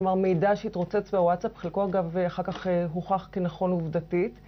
כלומר, מידע שהתרוצץ בוואטסאפ חלקו אגב אחר כך הוכח כנכון עובדתית